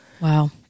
wow